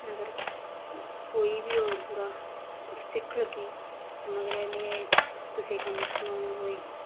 मगर कोई बी होग बुरा सिक्ख लग्गी ते मगरै में कुसै कम्म दस्सना होग ना कोई